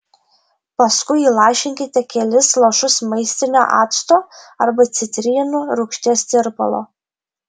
paskui įlašinkite kelis lašus maistinio acto arba citrinų rūgšties tirpalo